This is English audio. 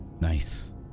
Nice